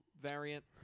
variant